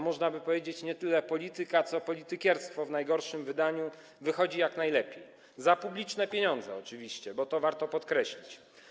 Można by powiedzieć: nie tyle polityka, co politykierstwo w najgorszym wydaniu wychodzi jak najlepiej, za publiczne pieniądze oczywiście, bo to warto podkreślić.